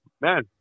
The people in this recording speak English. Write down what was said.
man